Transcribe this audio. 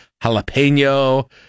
jalapeno